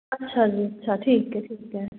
ਅੱਛਾ ਜੀ ਅੱਛਾ ਠੀਕ ਹੈ ਠੀਕ ਹੈ